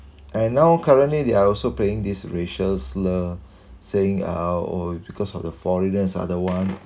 and now currently they are also playing this racial slur saying uh oh because of the foreigners are the one